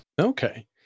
Okay